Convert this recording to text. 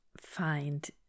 find